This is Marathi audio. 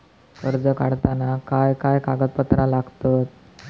कर्ज काढताना काय काय कागदपत्रा लागतत?